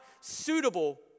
suitable